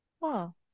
Wow